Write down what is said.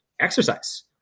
exercise